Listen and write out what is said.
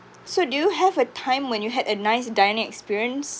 so do you have a time when you had a nice dining experience